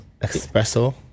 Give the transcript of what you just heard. espresso